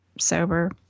sober